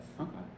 Okay